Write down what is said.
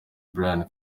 brian